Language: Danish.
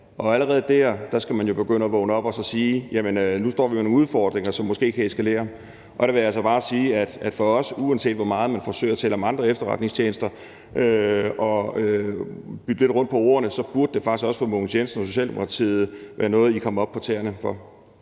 og allerede der skal man jo begynde at vågne op og så sige, at vi nu står med nogle udfordringer, som måske kan eskalere. Og der vil jeg altså bare sige, at det for os, uanset hvor meget man forsøger at tale om andre efterretningstjenester og bytte lidt rundt på ordene, er noget, man burde komme op på tæerne for,